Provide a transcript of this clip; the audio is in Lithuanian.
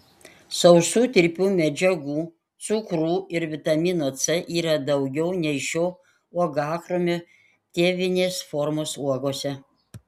sausų tirpių medžiagų cukrų ir vitamino c yra daugiau nei šio uogakrūmio tėvinės formos uogose